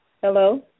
Hello